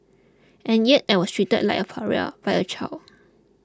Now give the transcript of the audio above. and yet I was treated like a pariah by a child